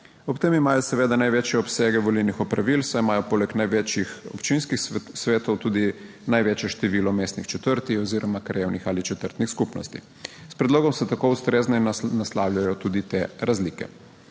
Ob tem imajo seveda največje obsege volilnih opravil, saj imajo poleg največjih občinskih svetov tudi največje število mestnih četrti oziroma krajevnih ali četrtnih skupnosti. S predlogom se tako ustrezneje naslavljajo tudi te razlike.